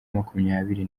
makumyabiri